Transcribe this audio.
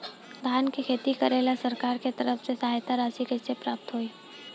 धान के खेती करेला सरकार के तरफ से सहायता राशि कइसे प्राप्त होइ?